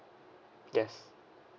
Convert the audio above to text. yes